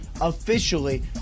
officially